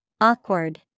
Awkward